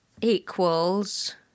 equals